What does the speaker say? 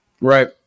right